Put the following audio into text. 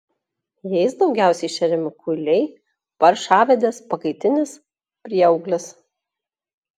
jais daugiausiai šeriami kuiliai paršavedės pakaitinis prieauglis